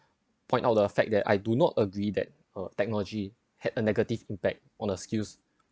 point out the fact that I do not agree that uh technology had a negative impact on her skills